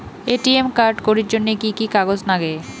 ATM card করির জন্যে কি কি কাগজ নাগে?